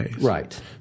Right